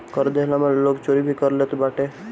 कर देहला में लोग चोरी भी कर लेत बाटे